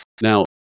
Now